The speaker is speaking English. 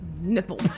Nipple